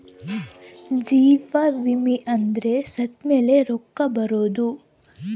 ಜೀವ ವಿಮೆ ಅಂದ್ರ ಸತ್ತ್ಮೆಲೆ ರೊಕ್ಕ ಬರೋದು